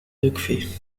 يكفي